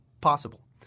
possible